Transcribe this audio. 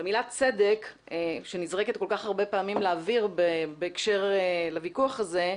המילה צדק שנזרקת כל כך הרבה פעמים לאוויר בהקשר לוויכוח הזה,